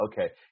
Okay